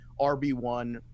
rb1